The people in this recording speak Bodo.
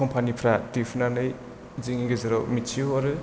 कम्पानिफ्रा दिहुननानै जोंनि गेजेराव मिन्थि होहरो